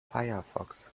firefox